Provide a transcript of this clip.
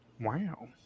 Wow